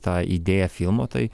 tą idėją filmo tai